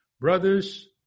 Brothers